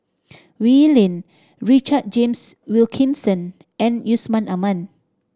Wee Lin Richard James Wilkinson and Yusman Aman